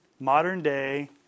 modern-day